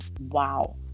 wow